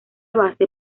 base